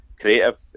creative